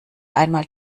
einmal